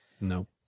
No